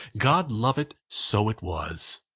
god love it, so it was!